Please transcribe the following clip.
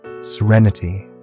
serenity